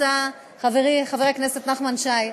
חברי חבר הכנסת נחמן שי,